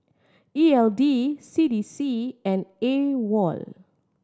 E L D C D C and AWOL